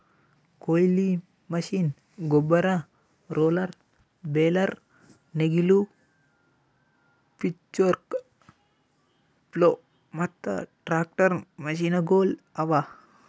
ಕೊಯ್ಲಿ ಮಷೀನ್, ಗೊಬ್ಬರ, roller, baler, ನೇಗಿಲು, ಪಿಚ್ಫೋರ್ಕ್, ಪ್ಲೊ ಮತ್ತ ಟ್ರಾಕ್ಟರ್ ಮಷೀನಗೊಳ್ ಅವಾ